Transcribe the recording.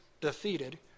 defeated